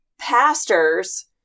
pastors